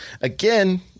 Again